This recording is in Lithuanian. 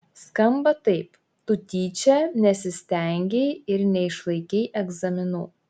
skamba taip tu tyčia nesistengei ir neišlaikei egzaminų